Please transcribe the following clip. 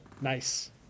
Nice